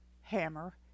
hammer